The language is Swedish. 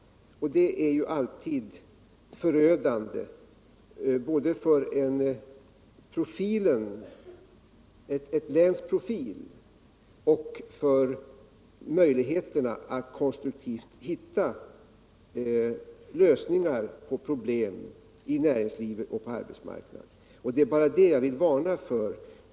Detta är ju alltid förödande både för ett läns profil och för möjligheterna att konstruktivt hitta lösningar på problem i näringslivet och på arbetsmarknaden. Det är bara det jag vill varna för.